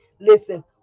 Listen